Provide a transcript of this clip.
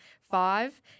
Five